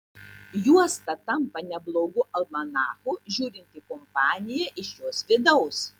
juosta tampa neblogu almanachu žiūrint į kompaniją iš jos vidaus